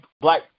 black